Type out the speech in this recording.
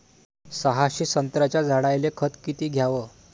सहाशे संत्र्याच्या झाडायले खत किती घ्याव?